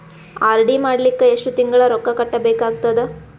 RD ಮಾಡಲಿಕ್ಕ ಎಷ್ಟು ತಿಂಗಳ ರೊಕ್ಕ ಕಟ್ಟಬೇಕಾಗತದ?